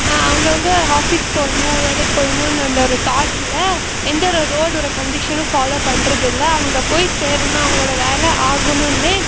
அவங்கவுங்க ஹாஃபீஸ் போகணும் வேலைக்கு போயிடணுன்னு அந்த ஒரு தாட்டில் எந்த ஒரு ரோடோடய கண்டிஷனும் ஃபாலோ பண்றதில்லை அவங்க போய் சேரணும் அவங்களோட வேலை ஆகணுன்னே